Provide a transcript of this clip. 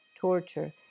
torture